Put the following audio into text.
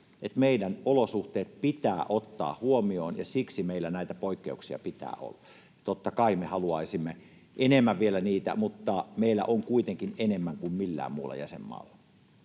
meidän olosuhteet pitää ottaa huomioon ja siksi meillä näitä poikkeuksia pitää olla. Totta kai me haluaisimme enemmän vielä niitä, mutta meillä on kuitenkin enemmän kuin millään muulla jäsenmaalla.